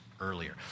earlier